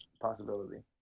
possibility